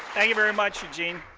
thank you very much, eugene.